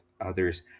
others